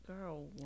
girl